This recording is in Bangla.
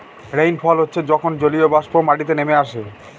রেইনফল হচ্ছে যখন জলীয়বাষ্প মাটিতে নেমে আসে